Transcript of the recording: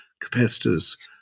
capacitors